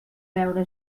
veure